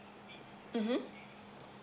mmhmm